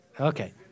Okay